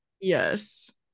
yes